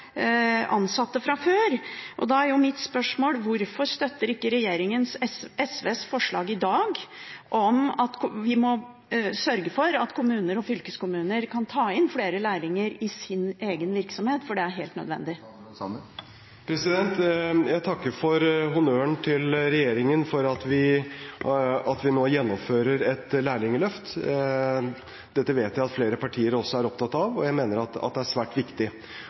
ansatte fra før. Da er mitt spørsmål: Hvorfor støtter ikke regjeringen SVs forslag i dag om å sørge for at kommuner og fylkeskommuner kan ta inn flere lærlinger i sin egen virksomhet, for det er helt nødvendig? Jeg takker for honnøren til regjeringen for at vi nå gjennomfører et lærlingløft. Dette vet jeg at flere partier også er opptatt av, og jeg mener det er svært viktig,